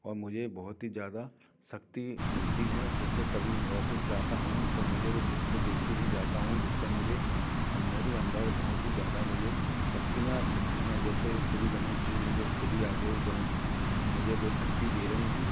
और मुझे बहुत ही ज़्यादा शक्ति मिलती है जैसे कभी ऑफिस जाता हूँ तो मुझे तो वो चित्र देख के ही जाता हूँ जिससे मुझे मेरे अंदर बहुत ही ज़्यादा मुझे शक्तियाँ मिलती हैं जैसे श्री गणेश जी मुझे खुद ही आ के वो गणेश मुझे वो शक्ति दे रहे हैं